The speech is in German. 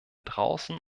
draußen